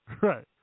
Right